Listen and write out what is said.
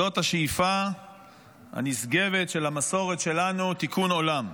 זו השאיפה הנשגבת של המסורת שלנו: תיקון העולם.